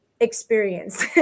experience